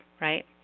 right